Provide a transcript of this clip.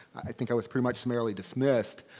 i think i was pretty much summarily dismissed,